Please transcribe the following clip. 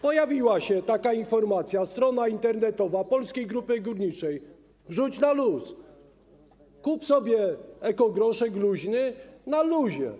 Pojawiła się taka informacja, strona internetowa Polskiej Grupy Górniczej: wrzuć na luz, kup sobie ekogroszek luźny, na luzie.